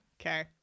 okay